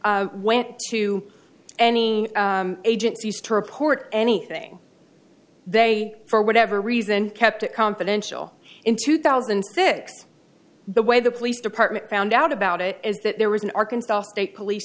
went to any agencies to report anything they for whatever reason kept it confidential in two thousand and six the way the police department found out about it is that there was an arkansas state police